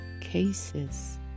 cases